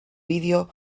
vídeo